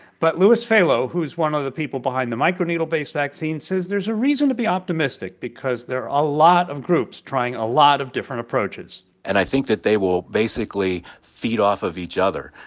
but louis falo, who is one of the people behind the microneedle-based vaccine, says there's a reason to be optimistic because there are a lot of groups trying a lot of different approaches and i think that they will basically feed off of each other.